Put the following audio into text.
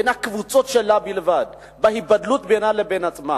בין הקבוצות שלה בלבד, בהיבדלות, בינה לבין עצמה.